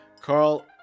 Carl